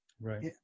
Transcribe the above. right